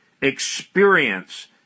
experience